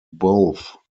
both